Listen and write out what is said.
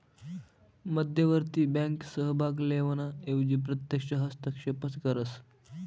मध्यवर्ती बँक सहभाग लेवाना एवजी प्रत्यक्ष हस्तक्षेपच करस